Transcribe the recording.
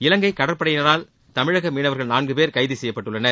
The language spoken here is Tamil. இலங்கை கடற்படையினரால் தமிழக மீனவர்கள் நான்கு பேர் கைது செய்யப்பட்டுள்ளனர்